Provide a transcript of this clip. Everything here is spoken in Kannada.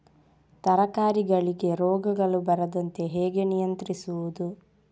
ತರಕಾರಿಗಳಿಗೆ ರೋಗಗಳು ಬರದಂತೆ ಹೇಗೆ ನಿಯಂತ್ರಿಸುವುದು?